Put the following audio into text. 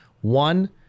One